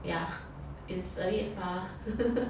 ya it's abit far